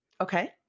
Okay